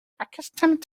accustomed